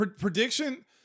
Prediction